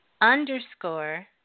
underscore